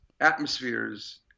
atmospheres